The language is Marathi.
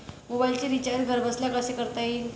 मोबाइलचे रिचार्ज घरबसल्या कसे करता येईल?